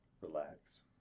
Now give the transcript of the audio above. relax